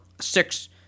six